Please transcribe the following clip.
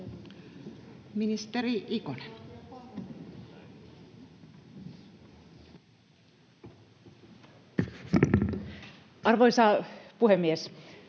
Ministeri Rantanen. Arvoisa puhemies!